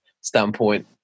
standpoint